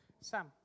Sam